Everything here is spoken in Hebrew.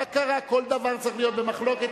מה קרה, כל דבר צריך להיות במחלוקת?